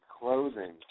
clothing